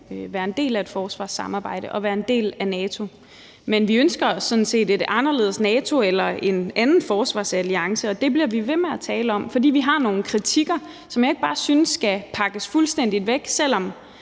være en del af et forsvarssamarbejde og være en del af NATO, men vi ønsker sådan set et anderledes NATO eller en anden forsvarsalliance, og det bliver vi ved med at tale om, fordi vi har nogle kritikker, som jeg ikke bare synes skal pakkes fuldstændig væk, selv om